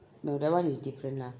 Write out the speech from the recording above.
no that one is different ah